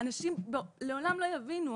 שאנשים לעולם לא יבינו.